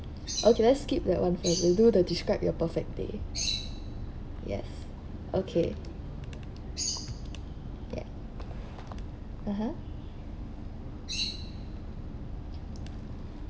okay let's skip that [one] first you do the describe your perfect day yes okay yeah (uh huh)